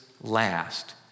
last